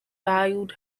valued